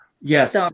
Yes